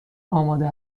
آماده